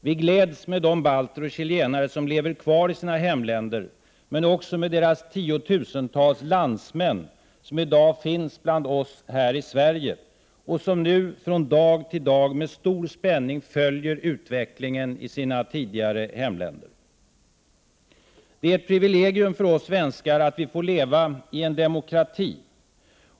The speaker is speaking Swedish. Vi gläds med de balter och chilenare som lever kvar i sina hemländer men också med deras tiotusentals landsmän som i dag finns bland oss här i Sverige och som nu från dag till dag med stor spänning följer utvecklingen i sina tidigare hemländer. Det är ett privilegium för oss svenskar att vi får leva i en demokrati.